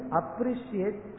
appreciate